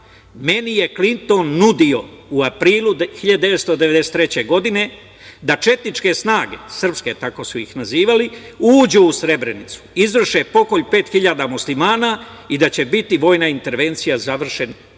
meni je Klinton nudio u aprilu 1993. godine da četničke snage, srpske, tako su ih nazivali, uđu u Srebrenicu, izvrše pokolj 5.000 Muslimana i da će biti vojna intervencija, završen